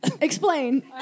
Explain